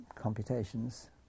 computations